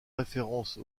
référence